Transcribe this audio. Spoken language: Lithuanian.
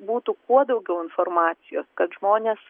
būtų kuo daugiau informacijos kad žmonės